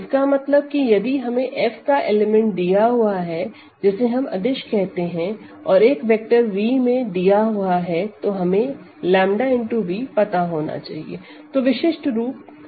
इसका मतलब कि यदि हमें F का एलिमेंट दिया हुआ है जिसे हम अदिश कहते हैं और एक वेक्टर V में दिया हुआ है तो हमें 𝜆V पता होना चाहिए